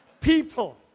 people